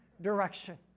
direction